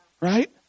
Right